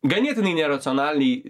ganėtinai neracionaliai